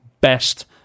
best